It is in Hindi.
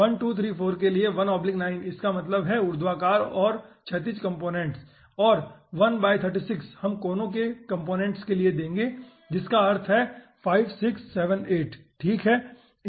1234 के लिए 19 इसका मतलब है क्षैतिज और ऊर्ध्वाधर कंपोनेंट्स और 1 36 हम कोने के कंपोनेंट्स के लिए देंगे जिसका अर्थ है 56 78 ठीक है